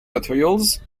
materials